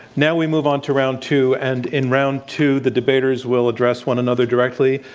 now we move on to round two and in round two, the debaters will address one another directly.